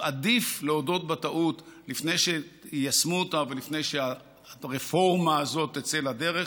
עדיף להודות בטעות לפני שיישמו אותה ולפני שהרפורמה הזאת תצא לדרך,